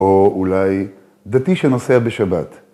‫או אולי דתי שנוסע בשבת.